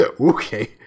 Okay